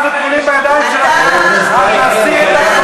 אתם בעצם אומרים היום לכל אישה,